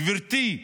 גברתי,